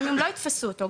גם אם לא יתפסו אותו,